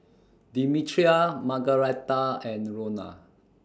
Demetria Margaretta and Rona